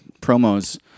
promos